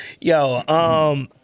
Yo